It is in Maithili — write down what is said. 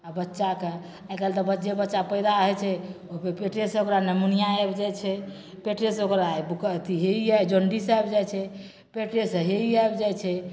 आ बच्चाके आइकाल्हि तऽ जे बच्चा पैदा हइ छै पेटे से ओकरा निमोनिया आबि जाइ छै पेटे से ओकरा बु हे ई आ जॉन्डिस आबि जाइ छै पेटे से हे ई आबि जाइ छै